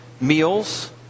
meals